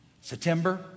September